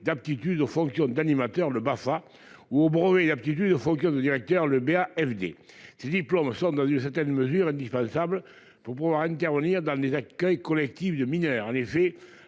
d'aptitude aux fonctions d'animateur le Barça ou au brevet d'aptitude aux fonctions de directeur le BAFD ces diplômes sont dans une certaine mesure indispensable pour pouvoir intervenir dans les accueils collectifs de mineurs en effet